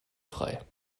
frei